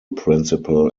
principal